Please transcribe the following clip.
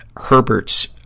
Herbert's